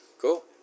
cool